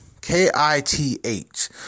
K-I-T-H